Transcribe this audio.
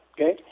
okay